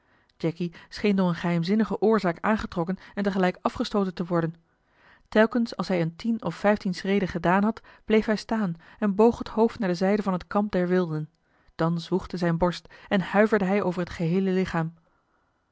door eene geheimzinnige oorzaak aangetrokken en tegelijk afgestooten te worden telkens als hij een tien of vijftien schreden gedaan had bleef hij staan en boog het hoofd naar de zijde van het kamp der wilden dan zwoegde zijne borst en huiverde hij over het geheele lichaam